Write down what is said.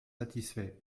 satisfaits